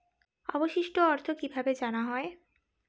অবশিষ্ট অর্থ কিভাবে জানা হয়?